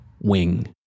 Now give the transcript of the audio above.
wing